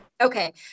Okay